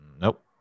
Nope